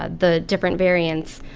ah the different variants,